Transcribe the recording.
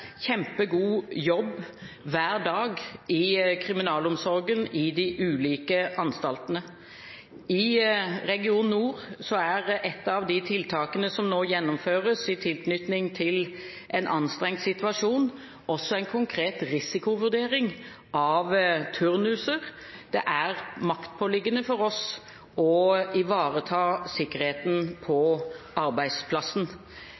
jobb hver dag i de ulike anstaltene. Ett av tiltakene som nå gjennomføres i Region nord i tilknytning til en anstrengt situasjon, er en konkret risikovurdering av turnuser. Det er maktpåliggende for oss å ivareta sikkerheten